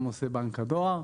גם עושה בנק הדואר.